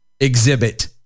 exhibit